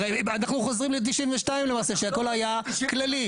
הרי, אנחנו חוזרים ל-'92 למעשה, כשהכל היה כללי.